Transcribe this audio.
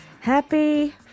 Happy